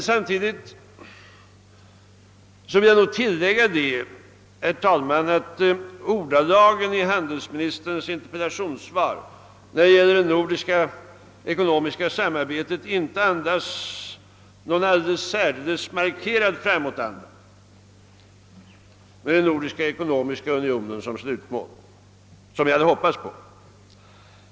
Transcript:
Samtidigt visar dock ordalagen i handelsministerns interpellationssvar när det gäller det nordiska ekonomiska samarbetet inte någon särdeles markerad framåtanda med den nordiska ekonomiska unionen som slutmål, vilket jag hade hoppats på.